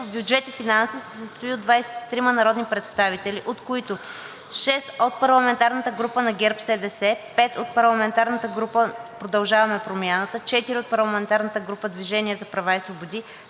по бюджет и финанси се състои от 23 народни представители, от които 6 от парламентарната група на ГЕРБ СДС, 5 от парламентарната група „Продължаваме Промяната“, 4 от парламентарната група „Движение за права и свободи“,